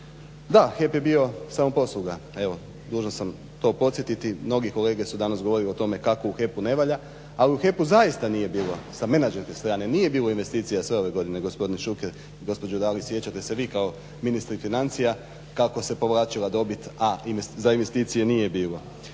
Da, HEP je bio samoposluga. Evo dužan sam to podsjetiti. Mnogi kolege su danas govorili o tome kako u HEP-u ne valja. Ali u HEP-u zaista nije bilo sa menadžerske strane nije bilo investicija sve ove godine gospodine Šuker i gospođo Dalić sjećate se vi kao ministri financija kako se povlačila dobit, a za investicije nije bilo.